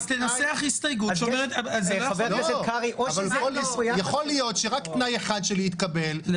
אז תנסח הסתייגות שאומרת --- יכול להיות שרק תנאי אחד שלי יתקבל,